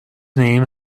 name